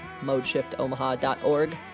modeshiftomaha.org